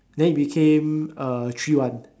then it became uh three one